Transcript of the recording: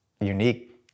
unique